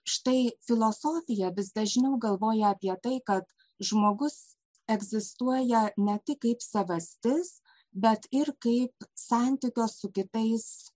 štai filosofija vis dažniau galvoja apie tai kad žmogus egzistuoja ne tik kaip savastis bet ir kaip santykio su kitais